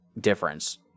difference